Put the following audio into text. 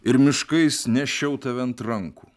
ir miškais nešiau tave ant rankų